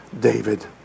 David